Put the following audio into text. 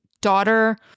daughter